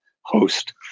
host